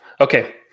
Okay